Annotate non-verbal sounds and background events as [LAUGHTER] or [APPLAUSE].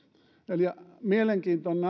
eli mielenkiintoinen [UNINTELLIGIBLE]